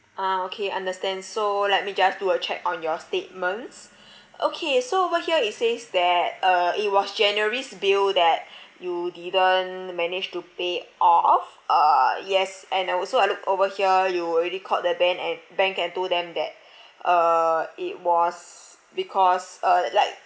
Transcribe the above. ah okay understand so let me just do a check on your statements okay so over here it says that uh it was january's bill that you didn't manage to pay off uh yes and also I look over here you already called the ban~ and bank and told them that uh it was because uh like